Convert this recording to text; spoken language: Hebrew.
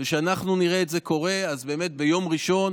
כשאנחנו נראה את זה קורה, אז באמת ביום ראשון